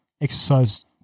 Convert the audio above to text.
exercise